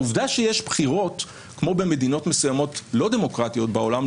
העובדה שיש בחירות כמו במדינות מסוימות לא דמוקרטיות בעולם,